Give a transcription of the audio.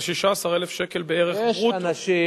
זה 16,000 שקל בערך, ברוטו.